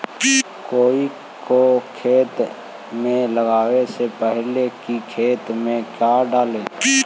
राई को खेत मे लगाबे से पहले कि खेत मे क्या डाले?